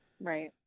Right